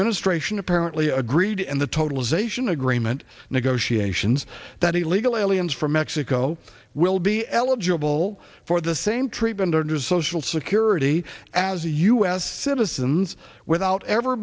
administration apparently agreed and the totalization agreement negotiations that illegal aliens from mexico will be eligible for the same treatment under social security as a u s citizens without ever